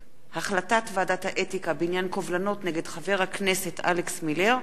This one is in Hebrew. החלטת ועדת האתיקה בעניין קובלנות נגד חבר הכנסת אלכס מילר,